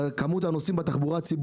ובנוסעים.